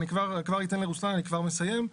אני כבר אתן לרוסלאן, אני כבר מסיים.